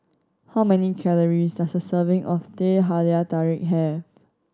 how many calories does a serving of Teh Halia Tarik have